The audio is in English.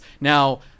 Now